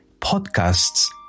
podcasts